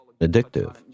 addictive